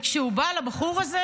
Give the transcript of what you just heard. כשהוא בא לבחור הזה